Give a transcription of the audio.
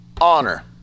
honor